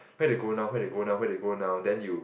where they go now where they go now where they go now then you